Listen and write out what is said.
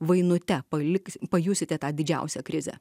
vainute paliks pajusite tą didžiausią krizę